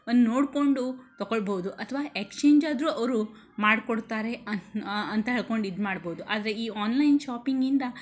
ಒಂದು ನೋಡಿಕೊಂಡು ತಗೊಳ್ಬೋದು ಅಥವಾ ಎಕ್ಸ್ಚೇಂಜ್ ಆದರೂ ಅವರು ಮಾಡಿ ಕೊಡ್ತಾರೆ ಅಂತ ಅಂತ ಹೇಳ್ಕೊಂಡು ಇದು ಮಾಡ್ಬೋದು ಆದರೆ ಈ ಆನ್ಲೈನ್ ಶಾಪಿಂಗಿಂದ